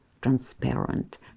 transparent